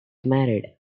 married